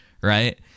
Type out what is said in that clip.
right